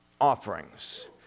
offerings